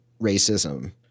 racism